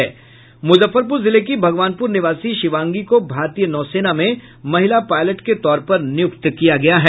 मुजफ्फरपुर जिले की भगवानपुर निवासी शिवांगी को भारतीय नौ सेना में महिला पायलट के तौर पर नियुक्त किया गया है